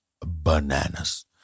bananas